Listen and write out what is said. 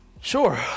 Sure